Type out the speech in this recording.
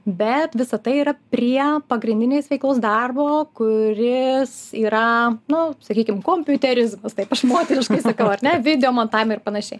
bet visa tai yra prie pagrindinės veiklos darbo kuris yra na sakykim kompiuteris taip aš moteriškai sakau ar ne videomontavimai ir panašiai